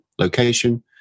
location